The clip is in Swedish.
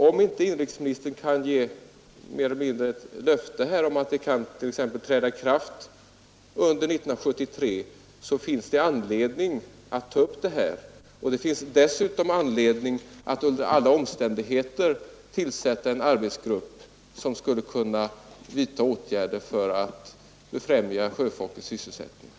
Om inrikesministern inte kan ge ett löfte om att en sådan lag kan träda i kraft under 1973 finns det anledning att ta upp frågan om ett provisorium. Det finns dessutom under alla omständigheter anledning att tillsätta en arbetsgrupp som skulle kunna vidta åtgärder för att befrämja sjöfolkets sysselsättningsfrågor.